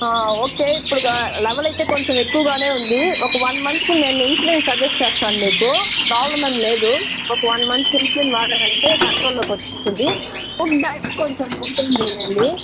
okay ఇప్పుడు level అయితే కొంచెం ఎక్కువగానే ఉంది ఒక వన్ మంత్కి నేను ఇన్సులిన్ సజెస్ట్ చేస్తాను మీకూ ప్రాబ్లమ్ ఏం లేదు ఒక వన్ మంత్కి ఇన్సులిన్ వాడారంటే కంట్రోల్లోకి వచ్చేస్తుంది ఫుడ్ డైట్ కొంచెం మెయింటైన్ చేయండి